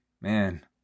man